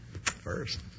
first